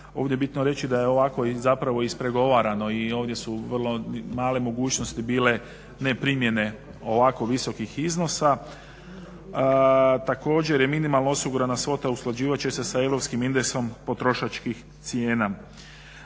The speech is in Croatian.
Ovdje je bitno reći da je ovako zapravo ispregovarano i ovdje su vrlo male mogućnosti bile neprimjene ovako visokih iznosa. Također minimalno osigurana svota usklađivat će se sa europskim indeksom potrošačkih cijena.